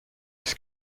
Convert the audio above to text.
its